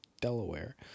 Delaware